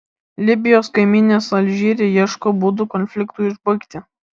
libijos kaimynės alžyre ieško būdų konfliktui užbaigti